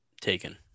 taken